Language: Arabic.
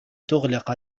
تغلق